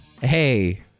Hey